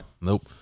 Nope